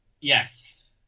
Yes